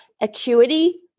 acuity